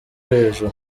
hejuru